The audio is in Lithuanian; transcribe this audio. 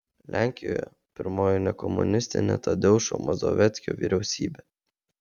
lenkijoje pirmoji nekomunistinė tadeušo mazoveckio vyriausybė